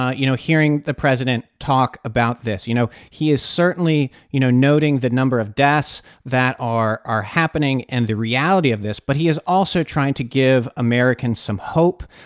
ah you know, hearing the president talk about this. you know, he is certainly, you know, noting the number of deaths that are are happening and the reality of this, but he is also trying to give americans some hope.